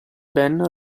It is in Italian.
ben